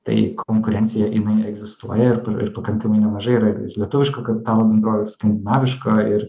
tai konkurencija jinai egzistuoja ir pakankamai nemažai yra lietuviško kapitalo bendrovės skandinaviško ir